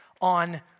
on